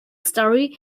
story